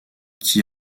qui